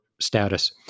status